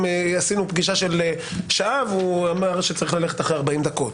עשינו פגישה של שעה והוא אמר שצריך ללכת אחרי 45 דקות.